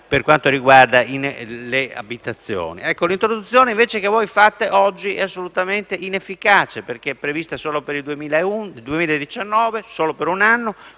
per quanto riguarda le abitazioni. L'introduzione che voi fate oggi è invece assolutamente inefficace perché è prevista solamente per il 2019, solo per un anno,